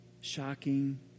shocking